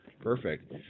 perfect